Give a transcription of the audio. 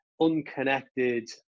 unconnected